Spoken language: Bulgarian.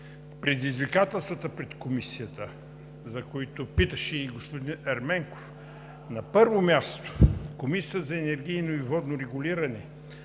предизвикателствата пред Комисията, за които питаше и господин Ерменков – на първо място, Комисията за енергийно и водно регулиране